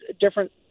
different